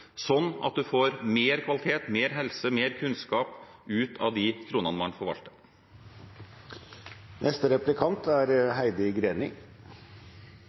sånn at man får bedre kvalitet, mer helse og mer kunnskap ut av de kronene man forvalter.